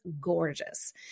gorgeous